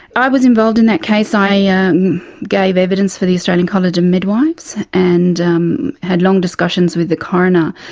i was involved in that case, i ah um gave evidence for the australian college of midwives, and um had long discussions with the coroner.